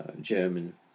German